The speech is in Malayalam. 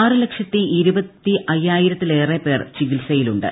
ആറ് ലക്ഷത്തി ഇരുപത്തി അയ്യായിരത്തിലേറെ പേർ ചികിത്സയിലുണ്ട്